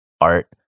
art